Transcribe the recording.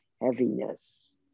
heaviness